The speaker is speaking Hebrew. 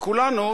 וכולנו,